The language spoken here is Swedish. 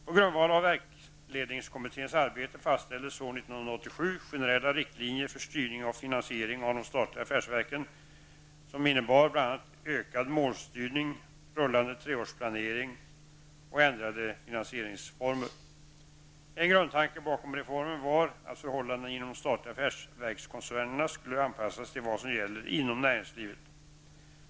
På grundval av verksledningskommitténs arbete fastställdes år 1987 generella riktlinjer för styrning och finansiering av de statliga affärsverken som innebar bl.a. ökad målstyrning, rullande treårsplanering och ändrade finansieringsformer . En grundtanke bakom reformen var att förhållandena inom de statliga affärsverkskoncernerna skulle anpassas till vad som gäller inom näringslivet.